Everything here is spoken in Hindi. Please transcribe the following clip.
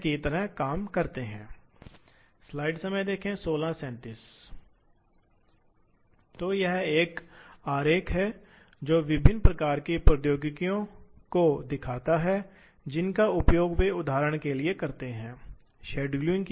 जो धातु को काटता है वह समय वास्तव में कम हो जाता है इसलिए इसलिए सीएनसी मशीन इसके लिए उपयुक्त है क्योंकि यह ऑटोमेशन का उपयोग करते हुए समय के उस सेट को काफी कम कर देता है